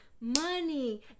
money